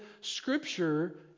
Scripture